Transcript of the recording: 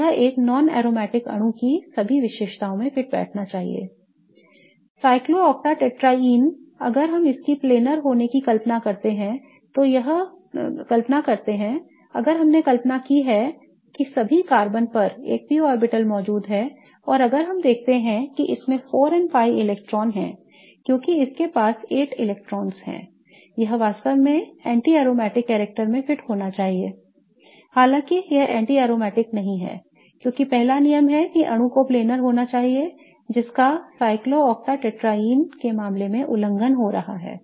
तो यह एक non aromatic अणु की सभी विशेषताओं में फिट बैठना चाहिए I साइक्लोएक्टेट्राईन अगर हम इसकी planar होने की कल्पना करते हैं अगर हमने कल्पना की है कि सभी कार्बन पर एक p ऑर्बिटल मौजूद है और अगर हम देखते हैं कि इसमें 4n pi इलेक्ट्रॉन हैं क्योंकि इसके पास 8 इलेक्ट्रॉन है यह वास्तव में anti aromatic character में फिट होना चाहिए I हालांकि यह anti aromatic नहीं है क्योंकि पहला नियम है कि अणु को planar होना चाहिए जिसका cyclooctatetraene के मामले में उल्लंघन हो रहा है